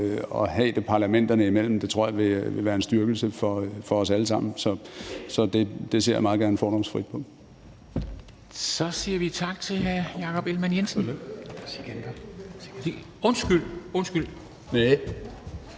at have det parlamenterne imellem tror jeg vil være en styrkelse for os alle sammen. Så det ser jeg meget gerne fordomsfrit på. Kl. 14:14 Formanden (Henrik